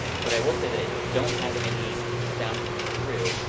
but i will say that if you don't have any sound coming through,